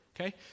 okay